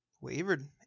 wavered